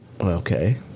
Okay